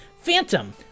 Phantom